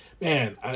man